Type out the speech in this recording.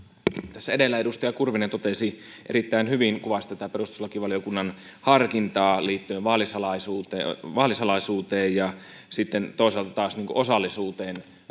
tässä edellä edustaja kurvinen erittäin hyvin kuvasi tätä perustuslakivaliokunnan harkintaa liittyen vaalisalaisuuteen vaalisalaisuuteen ja sitten toisaalta taas osallisuuteen